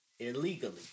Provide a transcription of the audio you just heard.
Illegally